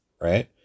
Right